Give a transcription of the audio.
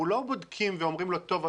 לא בודקים ואומרים לו: טוב,